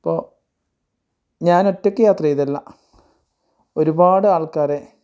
അപ്പോൾ ഞാൻ ഒറ്റയ്ക്ക് യാത്ര ചെയ്തിട്ടുള്ള ഒരുപാട് ആൾക്കാരെ